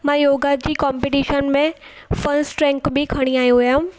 मां योगा जी कॉम्पटिशन में फस्ट रैंक बि खणी आई हुयमि